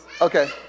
Okay